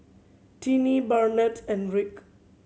Tiney Barnett and Rick